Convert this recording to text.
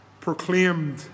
proclaimed